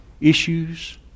issues